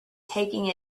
taking